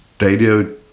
Radio